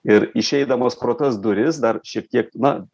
ir išeidamas pro tas duris dar šiek tiek na